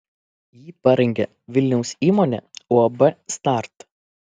jį parengė vilniaus įmonė uab start